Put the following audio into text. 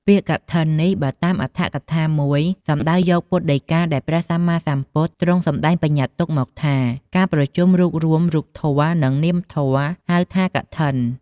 ពាក្យកឋិននេះ បើតាមអត្ថកថាមួយ សំដៅយកពុទ្ធដីកាដែលព្រះសម្មាសម្ពុទទ្រង់សម្តែងបញ្ញតិទុកមកថា ការប្រជុំរួបរួមរូបធម៏និងនាមធម៏ ហៅថា កឋិន។